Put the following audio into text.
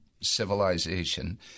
civilization